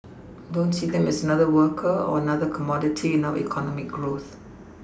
don't see them as another worker or another commodity in our economic growth